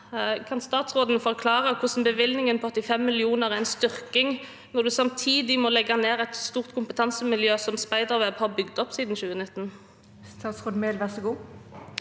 Kan statsråden forklare hvordan bevilgningen på 85 mill. kr er en styrking når en samtidig må legge ned et stort kompetansemiljø som Spiderweb har bygget opp siden 2019? Statsråd Emilie Mehl